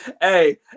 Hey